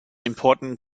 important